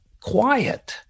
quiet